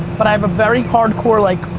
but i have a very hardcore, like,